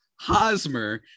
Hosmer